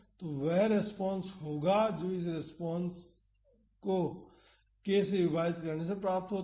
तो वह फाॅर्स होगा जो इस हार्मोनिक फाॅर्स को k से विभाजित करने से प्राप्त होता है